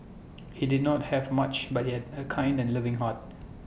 he did not have much but he had A kind and loving heart